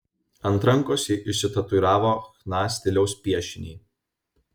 ant rankos ji išsitatuiravo chna stiliaus piešinį